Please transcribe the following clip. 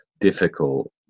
difficult